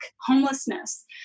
homelessness